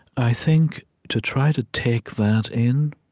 i think to try to take that in